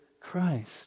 Christ